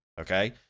okay